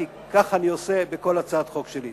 כי כך אני עושה בכל הצעת חוק שלי.